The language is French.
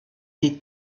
des